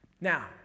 Now